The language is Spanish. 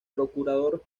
procurador